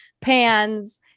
pans